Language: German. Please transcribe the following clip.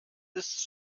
ist